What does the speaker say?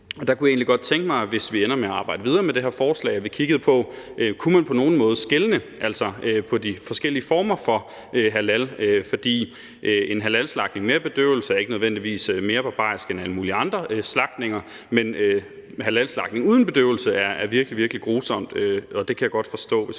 på. Der kunne jeg egentlig godt tænke mig, hvis vi ender med at arbejde videre med det her forslag, at vi kiggede på, om man på nogen måde kunne skelne mellem de forskellige former for halalslagtning. For en halalslagtning med bedøvelse er ikke nødvendigvis mere barbarisk end alle mulige andre former for slagtning, men halalslagtning uden bedøvelse er virkelig, virkelig grusomt, og det kan jeg godt forstå hvis